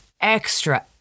extra